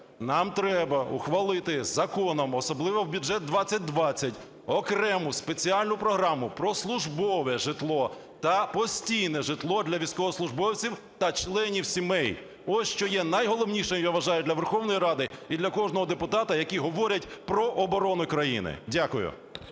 Нам треба ухвалити законом, особливо в бюджет-2020, окрему спеціальну програму про службове житло та постійне житло для військовослужбовців та членів сімей. Ось що є найголовнішим, я вважаю, для Верховної Ради і для кожного депутата, які говорять про оборону країни. Дякую.